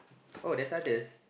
oh there's others